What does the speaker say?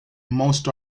most